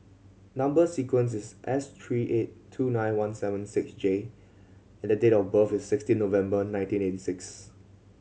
number sequence is S three eight two nine one seven six J and the date of birth is sixteen November nineteen eighty six